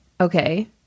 okay